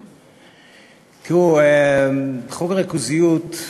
תראו, חוק הריכוזיות,